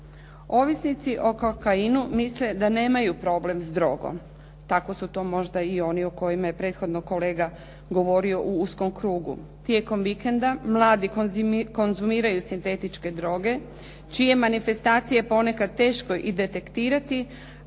Ovisnici o kokainu misle da nemaju problem s drogom. Tako su to možda i oni o kojima je prethodno kolega govorio u uskom krugu. Tijekom vikenda mladi konzumiraju sintetičke droge čije manifestacije ponekad teško i detektirati,